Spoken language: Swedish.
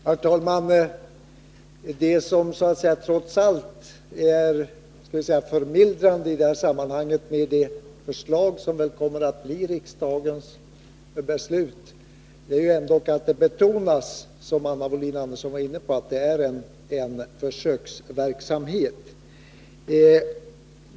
Herr talman! Det som trots allt är så att säga förmildrande i det förslag som väl kommer att bli riksdagens beslut är att det betonas, som Anna Wohlin-Andersson var inne på, att det gäller en försöksverksamhet.